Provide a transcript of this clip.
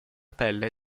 pelle